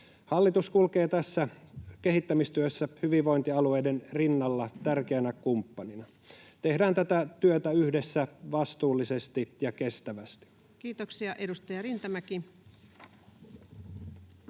Hallitus kulkee tässä kehittämistyössä hyvinvointialueiden rinnalla tärkeänä kumppanina. Tehdään tätä työtä yhdessä, vastuullisesti ja kestävästi. [Speech 32] Speaker: